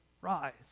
rise